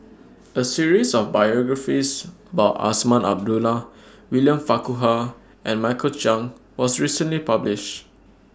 A series of biographies about Azman Abdullah William Farquhar and Michael Chiang was recently published